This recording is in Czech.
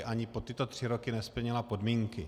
Ani po tyto tři roky nesplnila podmínky.